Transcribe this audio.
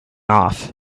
off